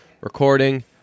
recording